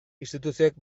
instituzioek